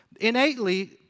Innately